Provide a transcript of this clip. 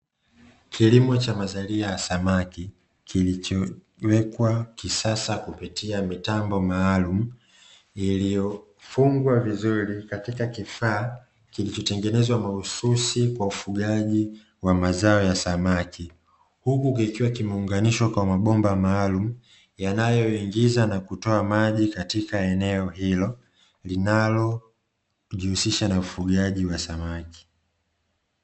Kilimo cha mazalia ya samaki, kilichowekwa kisasa kupitia mitambo maalumu iliyofungwa vizuri katika kifaa kilichotengenezwa mahususi kwa ufugaji ya mazao ya samaki, huku kikiwa kimeunganishwa kwa mabomba maalumu, yanayoingiza na kutoa maji katika eneo hilo linalojihusisha na ufugaji wa samaki.